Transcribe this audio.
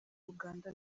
uganda